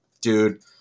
dude